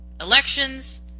elections